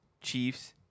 Chiefs